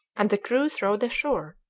and the crews rowed ashore,